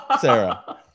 sarah